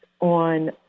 on